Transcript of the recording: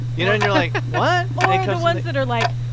you know. and you're like, what? like or the ones that are like,